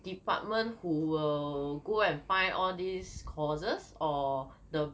department who will go and find all this courses or the